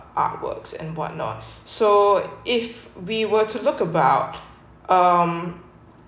artworks and whatnot so if we were to look about um